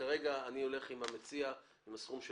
כרגע אני הולך עם המציע בסכום של